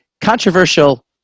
controversial